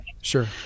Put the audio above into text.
Sure